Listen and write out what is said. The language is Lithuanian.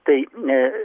tai ne